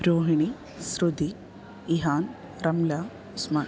Rohini Shruti Ihan Ramla Usman